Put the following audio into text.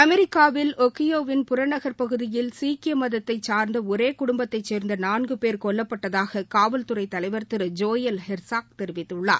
அமெிக்காவில் ஒகியோவின் புறநகா் பகுதியில் சீக்கிய மதத்தைச் சார்ந்த ஒரே குடும்பத்தைச் சேர்ந்த நான்கு பேர் கொல்லப்பட்டதாக காவல்துறை தலைவர் திரு ஜோயல் ஹெர்சாக் தெரிவித்துள்ளார்